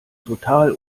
total